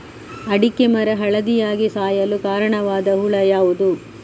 ಅಡಿಕೆ ಮರ ಹಳದಿಯಾಗಿ ಸಾಯಲು ಕಾರಣವಾದ ಹುಳು ಯಾವುದು?